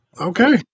Okay